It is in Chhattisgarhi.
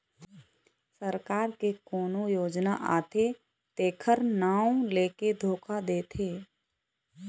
सरकार के कोनो योजना आथे तेखर नांव लेके धोखा देथे